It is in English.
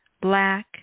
black